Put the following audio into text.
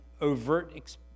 overt